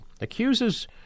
accuses